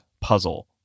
puzzle